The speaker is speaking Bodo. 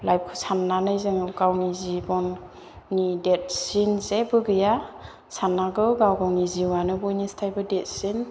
लाइफखौ साननानै जोङो गावनि जिबननि देतसिन जेबो गैया साननांगौ गाव गावनि जिउआनो बयनिस्थायबो देरसिन